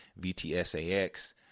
VTSAX